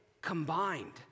combined